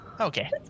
okay